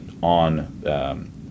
on